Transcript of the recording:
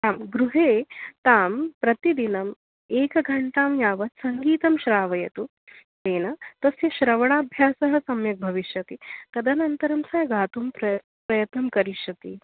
आं गृहे तां प्रतिदिनम् एकघण्टां यावत् सङ्गीतं श्रावयतु तेन तस्य श्रवणाभ्यासः सम्यक् भविष्यति तदनन्तरं सा गातुं प्र प्रयत्नं करिष्यति